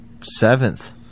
seventh